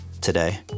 Today